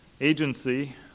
agency